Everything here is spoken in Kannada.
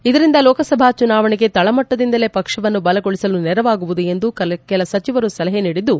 ಇದರಿಂದ ಲೋಕಸಭಾ ಚುನಾವಣೆಗೆ ತಳಮಟ್ಟದಿಂದಲೇ ಪಕ್ಷವನ್ನು ಬಲಗೊಳಸಲು ನೆರವಾಗುವುದು ಎಂದು ಕೆಲ ಸಚವರು ಸಲಹೆ ನೀಡಿದ್ದು